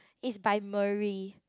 is by Marie